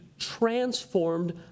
transformed